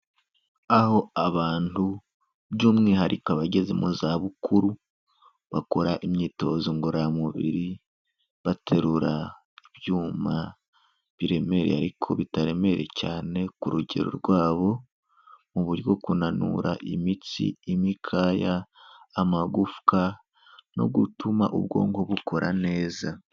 Aho abantu by'umwihariko abageze mu zabukuru, bakora imyitozo ngororamubiri, baterura ibyuma biremereye ariko bitaremereye cyane ku rugero rwabo, mu buryo kunanura imitsi, imikaya, amagufwa no gutuma ubwonko bukora neza.